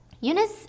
Eunice